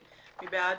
מי בעד?